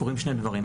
קורים שני דברים.